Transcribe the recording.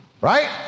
right